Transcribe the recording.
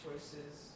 Choices